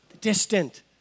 distant